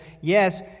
yes